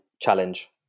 challenge